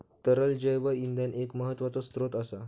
तरल जैव इंधन एक महत्त्वाचो स्त्रोत असा